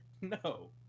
No